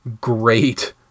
great